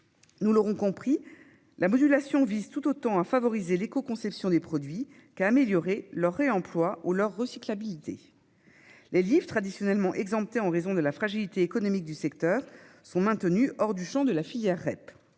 Nous l'aurons compris, la modulation vise tout autant à favoriser l'écoconception des produits qu'à améliorer leur réemploi ou leur recyclabilité. Les livres, traditionnellement exemptés en raison de la fragilité économique du secteur, sont maintenus hors du champ de la filière REP.